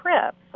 trips